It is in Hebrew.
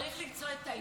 צריך למצוא את האיזון.